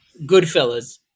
Goodfellas